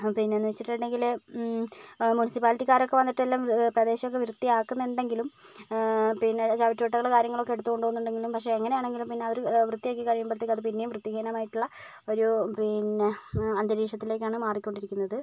പിന്നെ എന്ന് വെച്ചിട്ടുണ്ടെങ്കില് മുൻസിപ്പാലിറ്റികാരൊക്കെ വന്നിട്ട് എല്ലാം പ്രദേശമൊക്കെ വൃത്തിയാക്കുന്നുണ്ടെങ്കിലും പിന്നെ ചവറ്റു കുട്ടകൾ കാര്യങ്ങളൊക്കെ എടുത്ത് കൊണ്ട് പോകുന്നുണ്ടെങ്കിലും പക്ഷെ എങ്ങനെയാണെങ്കിലും പിന്നെ അവർ വൃത്തിയാക്കി കഴിയുമ്പോഴത്തേക്കും പിന്നെയും വൃത്തിഹീനമായിട്ടുള്ള ഒരു പിന്നെ അ അന്തരീക്ഷത്തിലേക്കാണ് മാറിക്കൊണ്ടിരിക്കുന്നത്